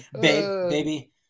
Baby